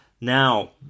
now